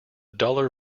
duller